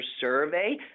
survey